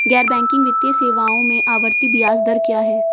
गैर बैंकिंग वित्तीय सेवाओं में आवर्ती ब्याज दर क्या है?